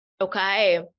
Okay